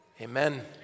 Amen